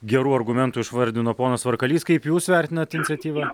gerų argumentų išvardino ponas varkalys kaip jūs vertinat iniciatyvą